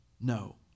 no